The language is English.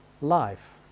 life